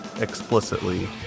explicitly